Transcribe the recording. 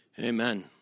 Amen